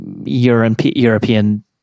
European